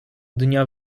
dnia